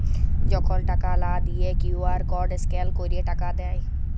যখল টাকা লা দিঁয়ে কিউ.আর কড স্ক্যাল ক্যইরে টাকা দেয়